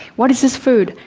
what is this food,